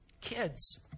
Kids